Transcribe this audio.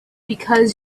because